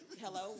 Hello